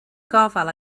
gofal